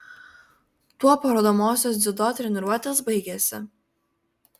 tuo parodomosios dziudo treniruotės baigėsi